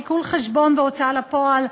עיקול חשבון והוצאה לפועל.